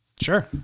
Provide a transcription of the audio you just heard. Sure